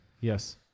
Yes